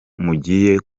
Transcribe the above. mugiye